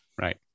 Right